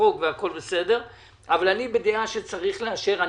כחוק והכל בסדר אבל אני בדעה שצריך לאשר.